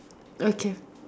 okay